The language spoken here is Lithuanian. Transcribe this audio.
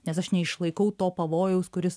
nes aš neišlaikau to pavojaus kuris